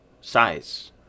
size